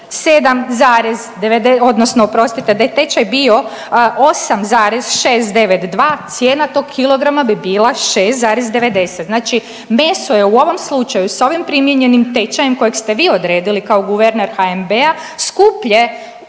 zarez, odnosno oprostite da je tečaj bio 8,692 cijena tog kilograma bi bila 6,90. Znači meso je u ovom slučaju sa ovim primijenjenim tečajem kojeg ste vi odredili kao guverner HNB-a skuplje